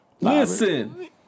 Listen